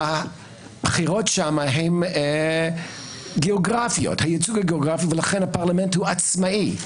הבחירות שם הן גיאוגרפיות ולכן הפרלמנט הוא עצמאי.